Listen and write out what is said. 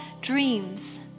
dreams